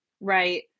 Right